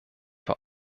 vor